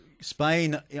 Spain